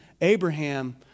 Abraham